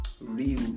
real